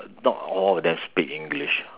not all of them speak English